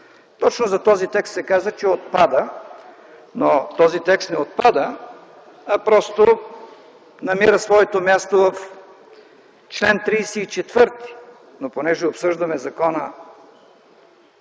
Точно за този текст се каза, че отпада. Но този текст не отпада, а просто намира своето място в чл. 34. Понеже обсъждаме закона